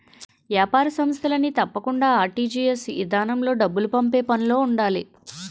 ఏపార సంస్థలన్నీ తప్పకుండా ఆర్.టి.జి.ఎస్ ఇదానంలో డబ్బులు పంపే పనులో ఉండాలి